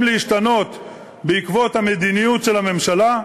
להשתנות בעקבות המדיניות של הממשלה,